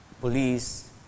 police